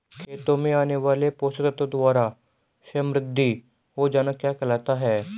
खेतों में आने वाले पोषक तत्वों द्वारा समृद्धि हो जाना क्या कहलाता है?